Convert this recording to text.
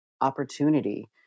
opportunity